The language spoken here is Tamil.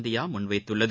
இந்தியா முன்வைத்துள்ளது